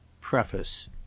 Preface